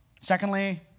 Secondly